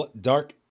Dark